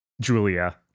Julia